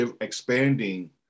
expanding